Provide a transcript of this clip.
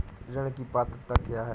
ऋण की पात्रता क्या है?